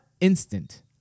instant